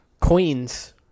Queens